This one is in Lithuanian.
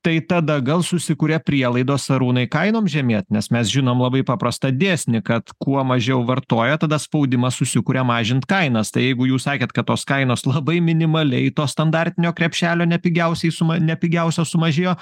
tai tada gal susikuria prielaidos arūnai kainom žemėt nes mes žinom labai paprastą dėsnį kad kuo mažiau vartoja tada spaudimas susikuria mažint kainas tai jeigu jūs sakėt kad tos kainos labai minimaliai to standartinio krepšelio ne pigiausiai suma ne pigiausia sumažėjo